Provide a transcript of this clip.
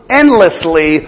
endlessly